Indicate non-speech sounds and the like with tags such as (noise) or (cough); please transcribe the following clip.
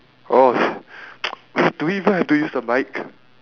oh (noise) wait do we even have to use the mic